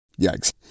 Yikes